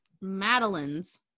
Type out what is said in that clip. Madeline's